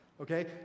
okay